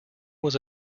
was